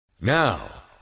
Now